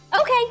Okay